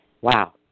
Wow